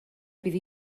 bydd